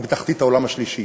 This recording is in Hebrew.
היא בתחתית העולם השלישי?